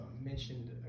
mentioned